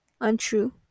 untrue